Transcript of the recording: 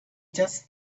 just